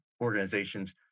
organizations